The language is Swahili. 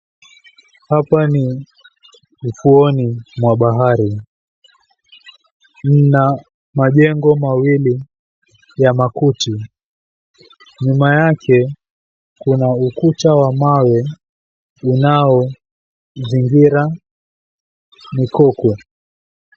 Hapa ni ufuoni mwa bahari. Mna majengo mawili ya makuti. Nyuma yake kuna ukuta wa mawe unaozingira mikoko.